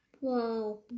Wow